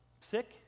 sick